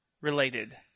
related